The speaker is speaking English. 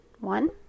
one